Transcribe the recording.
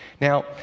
Now